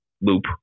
loop